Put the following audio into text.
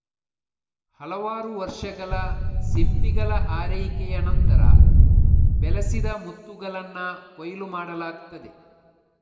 ಹಲವಾರು ವರ್ಷಗಳ ಸಿಂಪಿಗಳ ಆರೈಕೆಯ ನಂತರ, ಬೆಳೆಸಿದ ಮುತ್ತುಗಳನ್ನ ಕೊಯ್ಲು ಮಾಡಲಾಗ್ತದೆ